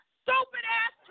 stupid-ass